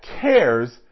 cares